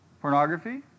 Pornography